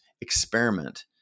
experiment